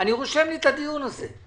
ואני רושם לי את הדיון הזה.